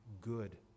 good